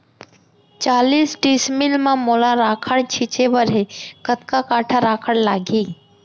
चालीस डिसमिल म मोला राखड़ छिंचे बर हे कतका काठा राखड़ लागही?